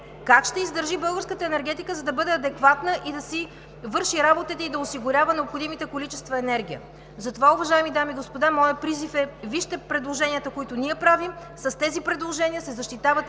Как ще издържи българската енергетика, за да бъде адекватна да си върши работата и да осигурява необходимите количества енергия? Затова, уважаеми дами и господа, моят призив е: вижте предложенията, които ние правим! С тези предложения се защитават